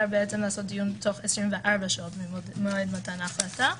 לערוך דיון תוך 24 שעות ממועד מתן ההחלטה.